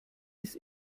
ist